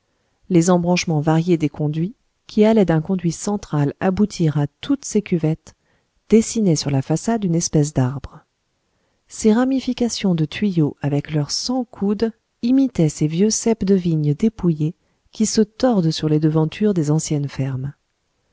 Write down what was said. les embranchements variés des conduits qui allaient d'un conduit central aboutir à toutes ces cuvettes dessinaient sur la façade une espèce d'arbre ces ramifications de tuyaux avec leurs cent coudes imitaient ces vieux ceps de vigne dépouillés qui se tordent sur les devantures des anciennes fermes